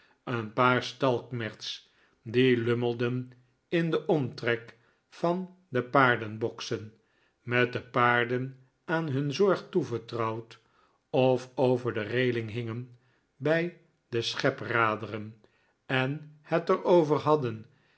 een paar stalknechts die lummelden in den omtrek van de paarden boxen met de paarden aan hun zorg toevertrouwd of over de reeling hingen bij de schepraderen en het er over hadden